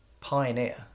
pioneer